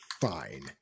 fine